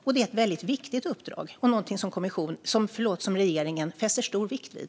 Detta är ett väldigt viktigt uppdrag, och det är någonting som regeringen fäster stor vikt vid.